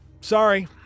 sorry